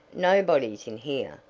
nobody's in here,